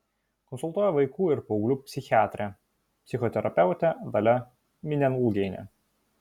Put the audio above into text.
konsultuoja vaikų ir paauglių psichiatrė psichoterapeutė dalia minialgienė